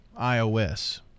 iOS